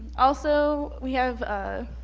also, we have a